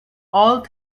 all